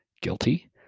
guilty